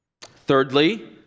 Thirdly